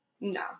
no